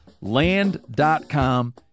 Land.com